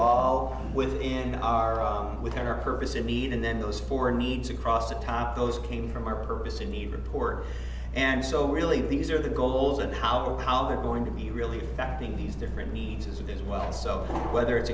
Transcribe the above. all within our with her purpose in need and then those four needs across the top those came from our purpose in the report and so really these are the goals and how how we're going to be really affecting these different needs as it is well so whether it's